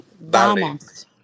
Vamos